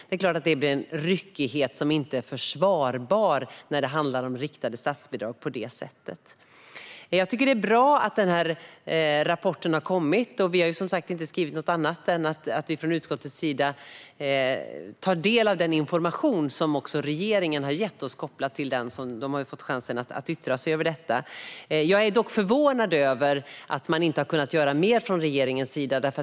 Det är klart att det blir en ryckighet som inte är försvarbar när det handlar om riktade statsbidrag. Jag tycker att det är bra att Riksrevisionens rapport har kommit. Vi har inte skrivit något annat än att vi från utskottets sida tar del av den information som regeringen har gett oss kopplat till Riksrevisionens rapport. De har ju fått chansen att yttra sig över denna. Jag är dock förvånad över att man inte har kunnat göra mer från regeringens sida.